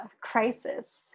crisis